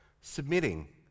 submitting